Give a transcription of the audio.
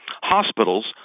Hospitals